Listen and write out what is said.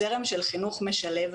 זרם של חינוך משלב,